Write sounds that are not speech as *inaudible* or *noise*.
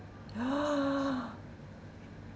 *breath*